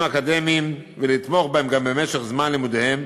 אקדמיים ולתמוך בהם גם במשך זמן לימודיהם,